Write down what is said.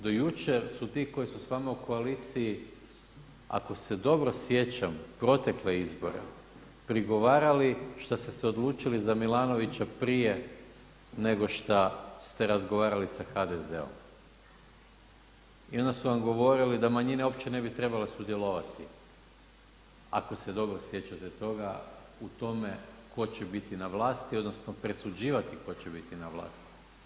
Do jučer su ti koji su s vama u koaliciji, ako se dobro sjećam protekle izbore prigovarali šta ste se odlučili za Milanovića prije nego šta ste razgovarali sa HDZ-om i onda su vam govorili da manjine uopće ne bi trebale sudjelovati, ako se dobro sjećate toga u tome tko će biti na vlasti odnosno presuđivati tko će biti na vlasti.